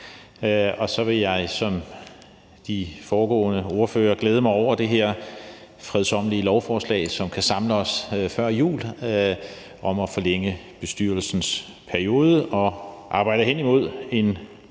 og så vil jeg som de foregående ordførere glæde mig over det her fredsommelige lovforslag, som kan samle os før jul, om at forlænge bestyrelsens periode og arbejde hen imod en